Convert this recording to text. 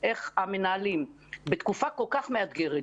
צוותי ההוראה היו העוגן של התלמידים בתקופה הכול כך